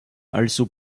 also